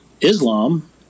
Islam